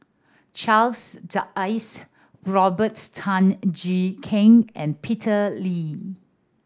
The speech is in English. Charles Dyce Robert Tan Jee Keng and Peter Lee